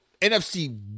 NFC